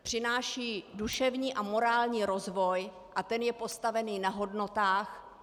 Přináší duševní a morální rozvoj a ten je postavený na hodnotách.